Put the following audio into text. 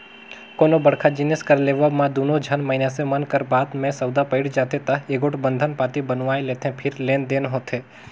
कोनो बड़का जिनिस कर लेवब म दूनो झन मइनसे मन कर बात में सउदा पइट जाथे ता एगोट बंधन पाती बनवाए लेथें फेर लेन देन होथे